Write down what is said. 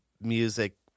music